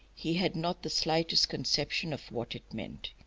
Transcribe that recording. he had not the slightest conception of what it meant.